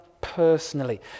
personally